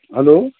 hello